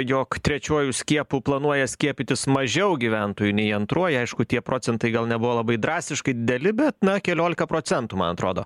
jog trečiuoju skiepu planuoja skiepytis mažiau gyventojų nei antruoju aišku tie procentai gal nebuvo labai drastiškai dideli bet na keliolika procentų man atrodo